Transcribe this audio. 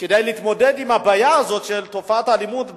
שכדי להתמודד עם הבעיה הזאת של תופעת האלימות,